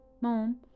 Mom